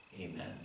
Amen